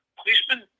policeman